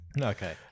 Okay